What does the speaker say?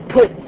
Put